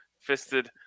Fisted